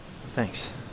Thanks